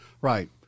Right